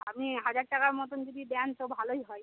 আপনি হাজার টাকার মতন যদি দেন তো ভালোই হয়